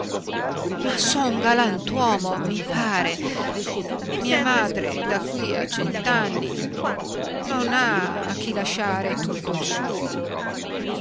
ma son galantuomo mi pare mia madre da qui a cent'anni non ha a chi lasciare tutto il suo